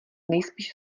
nejspíš